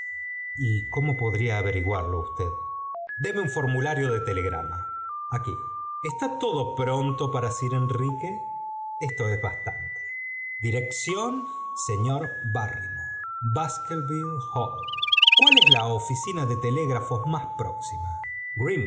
dres cómo podría averiguarlo usted f déme un formulario de telegrama está todo pronto para sir enrique esto es bastante f dirección señor barrymore baskerville hall cuál es la oficina de telégrafos más próxima